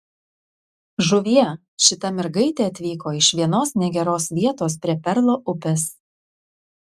žuvie šita mergaitė atvyko iš vienos negeros vietos prie perlo upės